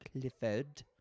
Clifford